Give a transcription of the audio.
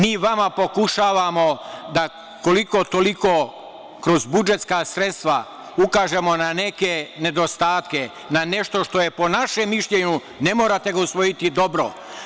Mi vama pokušavamo da koliko-toliko kroz budžetska sredstva ukažemo na neke nedostatke, na nešto što je po našem mišljenju, ne morate ga usvojiti, dobro.